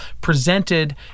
presented